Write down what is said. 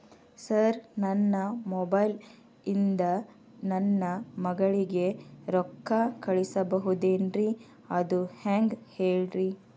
sir ನನ್ನ mobile ಇಂದ ನನ್ನ ಮಗಳಿಗೆ ರೊಕ್ಕಾ ಕಳಿಸಬಹುದೇನ್ರಿ ಅದು ಹೆಂಗ್ ಹೇಳ್ರಿ